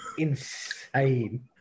Insane